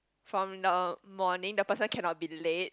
from the morning the person cannot be late